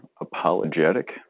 apologetic